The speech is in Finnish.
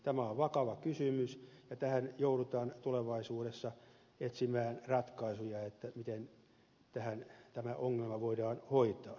tämä on vakava kysymys ja tähän joudutaan tulevaisuudessa etsimään ratkaisuja että miten tämä ongelma voidaan hoitaa